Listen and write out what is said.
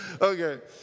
Okay